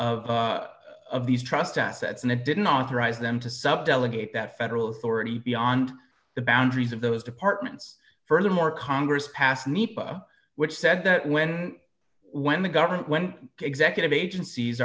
of these trust assets and it didn't authorize them to sub delegate that federal authority beyond the boundaries of those departments furthermore congress passed nita which said that when when the government when executive agencies